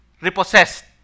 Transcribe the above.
repossessed